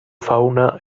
fauna